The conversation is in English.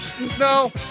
No